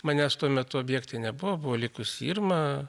manęs tuo metu objekte nebuvo buvo likus irma